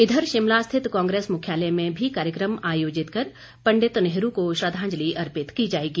इधर शिमला स्थित कांग्रेस मुख्यालय में भी कार्यक्रम आयोजित कर पंडित नेहरू को श्रद्वांजलि अर्पित की जाएगी